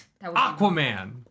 Aquaman